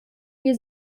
wir